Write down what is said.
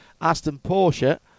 Aston-Porsche